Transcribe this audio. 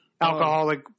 alcoholic